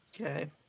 Okay